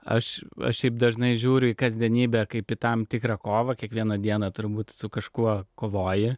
aš šiaip dažnai žiūriu į kasdienybę kaip į tam tikrą kovą kiekvieną dieną turbūt su kažkuo kovoji